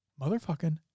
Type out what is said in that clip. motherfucking